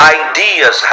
ideas